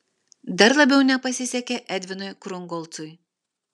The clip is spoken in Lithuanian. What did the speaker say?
dar labiau nepasisekė edvinui krungolcui